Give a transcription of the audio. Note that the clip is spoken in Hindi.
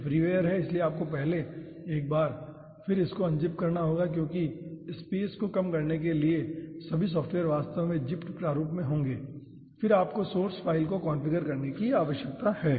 यह फ्रीवेयर है इसलिए पहले एक बार फिर आपको इसे unzip करना होगा क्योंकि स्पेस को कम करने के लिए सभी सॉफ़्टवेयर वास्तव में ज़िप्ड प्रारूप में होंगे फिर आपको सोर्स फ़ाइल को कॉन्फ़िगर करने की आवश्यकता है